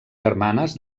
germanes